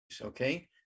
okay